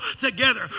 together